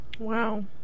wow